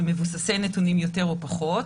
מבוססי נתונים יותר או פחות,